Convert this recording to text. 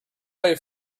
way